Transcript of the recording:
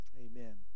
Amen